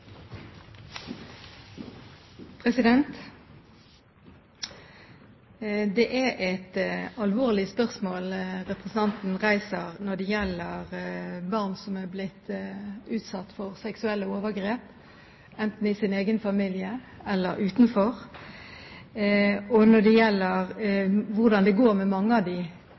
Det er et alvorlig spørsmål representanten reiser når det gjelder barn som er blitt utsatt for seksuelle overgrep enten i sin egen familie eller utenfor, og hvordan det går med mange av